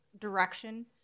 direction